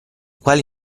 quale